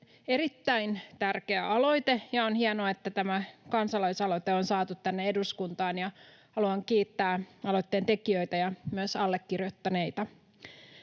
erittäin tärkeä aloite, ja on hienoa, että tämä kansalaisaloite on saatu tänne eduskuntaan. Haluan kiittää aloitteen tekijöitä ja myös allekirjoittaneita.